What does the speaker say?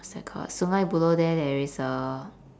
what's that called sungei buloh there there is a